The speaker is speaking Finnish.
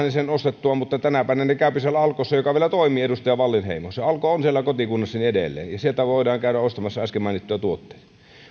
sen ostettua mutta tänä päivänä ne käyvät siellä alkossa joka vielä toimii edustaja wallinheimo se alko on siellä kotikunnassani edelleen ja sieltä voidaan käydä ostamassa äsken mainittuja tuotteita